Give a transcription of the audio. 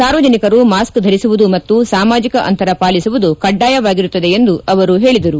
ಸಾರ್ವಜನಿಕರು ಮಾಸ್ಕ್ ಧರಿಸುವುದು ಮತ್ತು ಸಾಮಾಜಕ ಅಂತರ ಪಾಲಿಸುವುದು ಕಡ್ಡಾಯವಾಗಿರುತ್ತದೆ ಎಂದು ಅವರು ತಿಳಿಸಿದರು